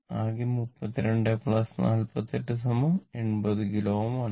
ആകെ 3248 80 കിലോ Ω ആണ്